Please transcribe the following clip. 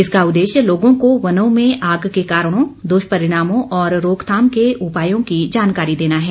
इसका उद्देश्य लोगों को वनों में आग के कारणों दुष्परिणामों और रोकथाम के उपायों की जानकारी देना है